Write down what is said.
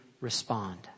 respond